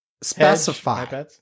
specify